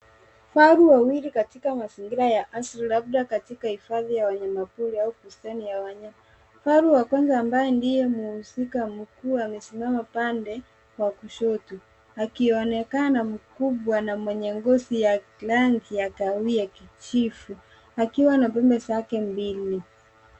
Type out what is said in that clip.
Kifaru wawili katika mazingira ya asili labda katika hifadhi ya wanyama pori au bustani ya wanyama. Kifaru wa kwanza ambaye ndiye muhusika mkuu, amesimama upande wa kushoto. Akionekana mkubwa na mwenye ngozi ya rangi ya kahawia kijivu. Akiwa na pembe zake mbili.